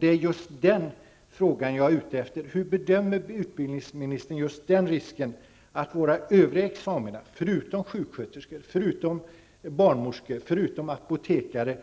Det är just den frågan som jag är ute efter att få svar på: Hur bedömer utbildningsministern risken för att våra övriga examina, utom för sjuksköterskor, barnmorskor och apotekare,